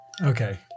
Okay